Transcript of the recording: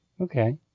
Okay